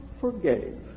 forgave